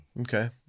Okay